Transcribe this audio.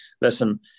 listen